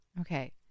Okay